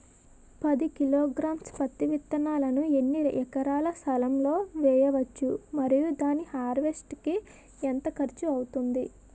పది కిలోగ్రామ్స్ పత్తి విత్తనాలను ఎన్ని ఎకరాల స్థలం లొ వేయవచ్చు? మరియు దాని హార్వెస్ట్ కి ఎంత ఖర్చు అవుతుంది?